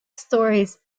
stories